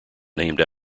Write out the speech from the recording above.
named